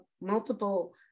multiple